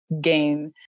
gain